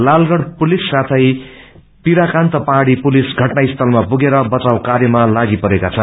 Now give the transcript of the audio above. Lalgarh police साथै पिराकान्ता पहाड़ी police घटनास्थलमा पुगेर बचाउ कायमा लागीपरेका छन्